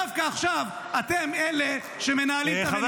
דווקא עכשיו אתם אלה שמנהלים את המליאה בחנוכה.